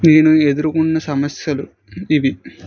నేను ఎదుర్కున్న సమస్యలు ఇవి